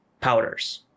powders